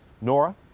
Nora